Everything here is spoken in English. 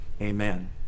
amen